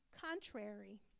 contrary